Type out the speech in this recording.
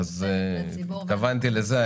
התכוונתי לזה.